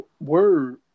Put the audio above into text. word